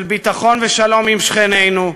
של ביטחון ושלום עם שכנינו,